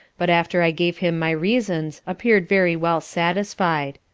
but after i gave him my reasons appeared very well satisfied.